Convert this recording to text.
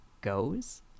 goes